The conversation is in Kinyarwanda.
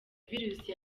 virusi